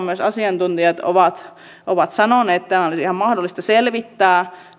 myös asiantuntijat ovat ovat sanoneet että olisi ihan mahdollista selvittää